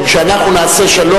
כשאנחנו נעשה שלום,